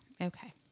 Okay